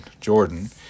Jordan